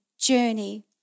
journey